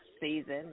season